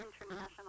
international